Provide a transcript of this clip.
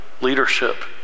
leadership